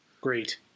Great